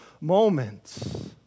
moments